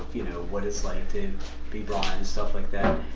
you know, what it's like to be blind and stuff like that.